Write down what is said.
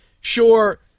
sure